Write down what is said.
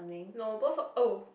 no both oh